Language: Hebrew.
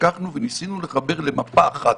ולקחנו וניסינו לחבר למפה אחת,